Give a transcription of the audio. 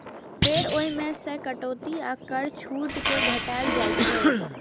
फेर ओइ मे सं कटौती आ कर छूट कें घटाएल जाइ छै